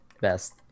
best